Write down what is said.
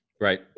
Right